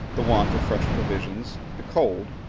the want of fresh provisions, the cold,